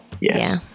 Yes